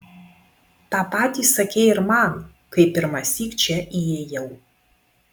tą patį sakei ir man kai pirmąsyk čia įėjau